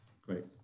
great